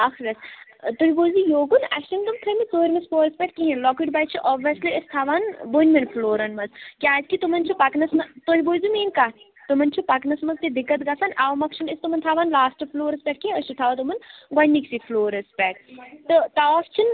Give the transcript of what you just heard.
اکھ سیکَنڈ تُہۍ بوٗزِو یوکُن اَسہِ چھنہٕ تِم تھٲے مٕتۍ ژوٗرمِس پوہرس پیٹھ کِہینۍ لۄکٕٹۍ بَچہِ چھِ اوبویسلی أسۍ تھاون بٔنمِیٚن فٔلورن منزکیازِ کہِ تِمن چھُ پکنس منٛز چھِ تُہی بوٗزِو میٲنۍ کَتھ تُمن چھِ پَکنس منز تہِ دِکَتھ گَژھان او مۅکھ چھِنہٕ أسۍ تِمن تھاوان لاسٹٕکِس فلورس پیٹھ کینہہ أسۍ چھِ تھاوان تِمن گۅڈنِک سٕے فلورس پیٹھ تہٕ تاپھ چھِنہٕ